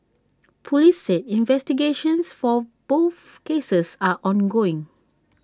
Police said investigations for both cases are ongoing